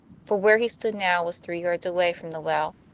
for where he stood now was three yards away from the well,